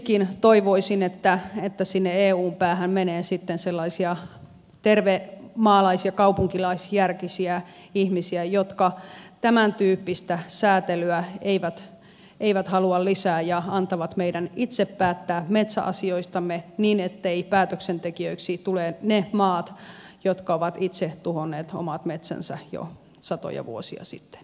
siksikin toivoisin että sinne eun päähän menee sitten sellaisia tervejärkisiä maalais ja kaupunkilaisjärkisiä ihmisiä jotka tämäntyyppistä säätelyä eivät halua lisää ja antavat meidän itse päättää metsäasioistamme niin etteivät päätöksentekijöiksi tule ne maat jotka ovat itse tuhonneet omat metsänsä jo satoja vuosia sitten